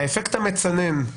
האפקט המצנן;